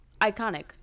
iconic